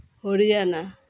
Haryana